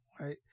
right